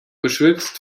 beschwipst